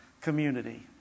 community